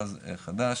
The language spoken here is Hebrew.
מכרז חדש,